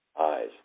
eyes